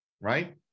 Right